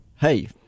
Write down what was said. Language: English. hey